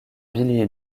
billy